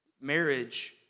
marriage